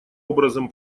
образом